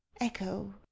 echo